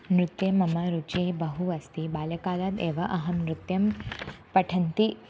नृत्ये मम रुचिः बहु अस्ति बाल्यकालाद् एव अहं नृत्यं पठन्ती